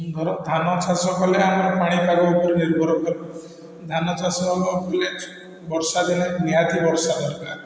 ମୋର ଧାନ ଚାଷ କଲେ ଆମେ ପାଣିପାଗ ଉପରେ ନିର୍ଭର କରୁ ଧାନ ଚାଷ କଲେ ବର୍ଷା ଦିନେ ନିହାତି ବର୍ଷା ଦରକାର